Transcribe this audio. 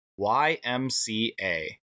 YMCA